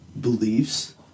beliefs